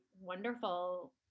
wonderful